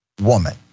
woman